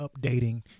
updating